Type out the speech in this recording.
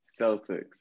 celtics